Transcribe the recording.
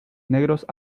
negros